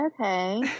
okay